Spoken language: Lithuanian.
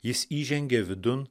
jis įžengė vidun